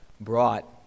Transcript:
brought